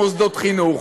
מוסדות חינוך,